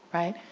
right,